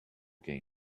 game